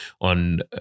on